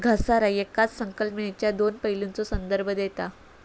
घसारा येकाच संकल्पनेच्यो दोन पैलूंचा संदर्भ देता